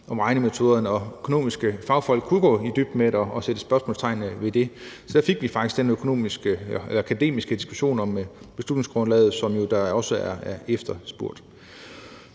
om regnemetoderne, og økonomiske fagfolk kunne gå i dybden med det og sætte spørgsmålstegn ved det. Så der fik vi faktisk den akademiske diskussion om beslutningsgrundlaget, som jo også er efterspurgt.